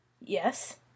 Yes